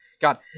God